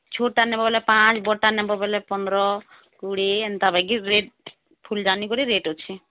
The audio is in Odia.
ଛୋଟଟା ନେବ ବୋଲେ ପାଞ୍ଚ ବଡ଼ଟା ନେବ ବୋଲେ ପନ୍ଦର କୋଡ଼ିଏ ଏନ୍ତା ରେଟ୍ ଫୁଲଦାନୀ କରି ରେଟ୍ ଅଛି